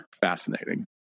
fascinating